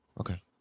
Okay